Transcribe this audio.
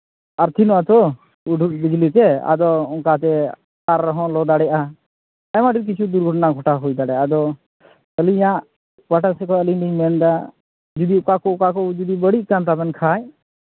ᱟᱨᱛᱷᱤᱝ ᱚᱜᱼᱟ ᱛᱚ ᱦᱩᱰᱩᱨ ᱵᱤᱡᱽᱞᱤᱛᱮ ᱟᱫᱚ ᱚᱱᱠᱟᱜᱮ ᱛᱟᱨ ᱦᱚᱸ ᱞᱚ ᱫᱟᱲᱮᱭᱟᱜᱼᱟ ᱟᱨᱚ ᱟᱹᱰᱤ ᱠᱤᱪᱷᱩ ᱫᱩᱨᱜᱷᱚᱴᱚᱱᱟ ᱜᱷᱚᱴᱟᱣ ᱦᱩᱭ ᱫᱟᱲᱮᱭᱟᱜᱼᱟ ᱟᱫᱚ ᱟᱹᱞᱤᱧᱟᱜ ᱚᱠᱟᱴᱟᱜ ᱥᱮᱵᱟ ᱟᱹᱞᱤᱧ ᱞᱤᱧ ᱢᱮᱱᱫᱟ ᱡᱩᱫᱤ ᱚᱠᱟ ᱠᱚ ᱚᱠᱟ ᱡᱩᱫᱤ ᱵᱟᱹᱲᱤᱡ ᱠᱟᱱ ᱛᱟᱵᱮᱱ ᱠᱷᱟᱡ